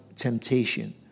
Temptation